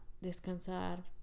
descansar